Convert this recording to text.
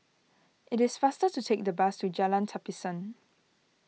it is faster to take the bus to Jalan Tapisan